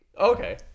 Okay